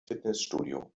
fitnessstudio